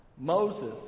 Moses